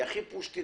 היא הכי מתבקשת.